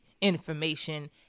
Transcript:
information